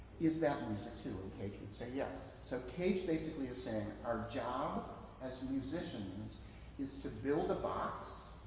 is that music too? and cage would say yes. so cage basically is saying our job as musicians is to build a box,